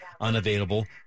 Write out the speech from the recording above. unavailable